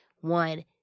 one